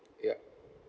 yup